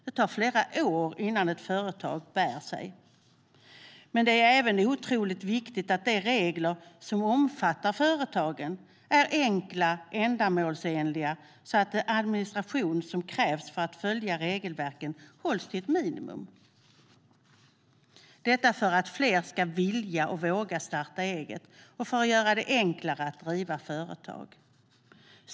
Det tar flera år innan ett företag bär sig. Det är oerhört viktigt att de regler som företagen omfattas av är enkla och ändamålsenliga så att den administration som krävs för att följa regelverken hålls till ett minimum, detta för att fler ska vilja och våga starta eget och för att göra det enklare att driva företag.